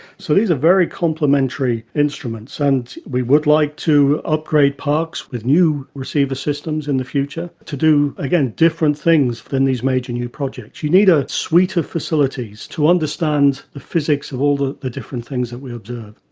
so these are very complementary instruments, and we would like to upgrade parkes with new receiver systems in the future to do, again, different things than these major new projects. you need a suite of facilities to understand the physics of all the the different things that we observe.